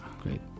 great